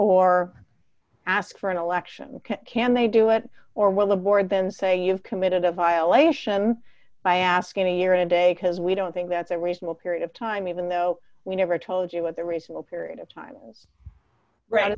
or ask for an election can they do it or will the board then say you've committed a violation by asking me a year and day because we don't think that's a reasonable period of time even though we never told you what the reasonable period of time r